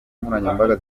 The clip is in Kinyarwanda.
nkoranyambaga